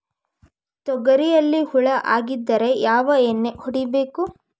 ತೊಗರಿಯಲ್ಲಿ ಹುಳ ಆಗಿದ್ದರೆ ಯಾವ ಎಣ್ಣೆ ಹೊಡಿಬೇಕು?